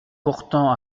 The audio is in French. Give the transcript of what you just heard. portant